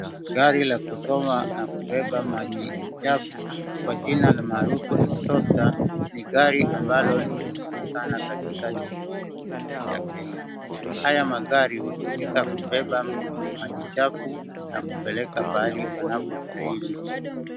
Gari la kuzoa na kubeba maji chafu kwa jina maarufu exhauster ni gari ambalo ni muhimu sana katika miji yetu ya Kenya. Haya magari hutumika kubeba maji chafu na kupeleka pahali panapo stahili.